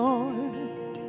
Lord